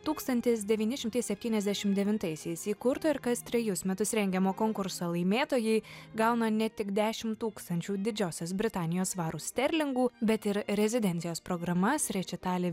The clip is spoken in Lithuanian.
tūkstantis devyni šimtai septyniasdešim devintaisiais įkurto ir kas trejus metus rengiamo konkurso laimėtojai gauna ne tik dešim tūkstančių didžiosios britanijos svarų sterlingų bet ir rezidencijos programas rečitalį